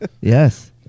Yes